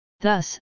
Thus